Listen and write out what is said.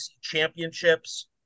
championships